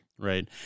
Right